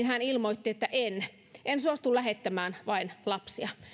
hän ilmoitti että en en suostu lähettämään vain lapsia